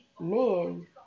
men